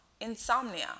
insomnia